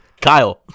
Kyle